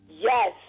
Yes